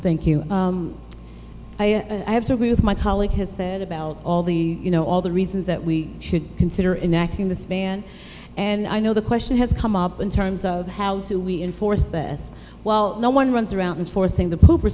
thank you ira and i have to agree with my colleague has said about all the you know all the reasons that we should consider enacting the span and i know the question has come up in terms of how to we enforce that as well no one runs around forcing the pooper